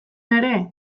ere